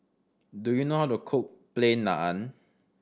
do you know how to cook Plain Naan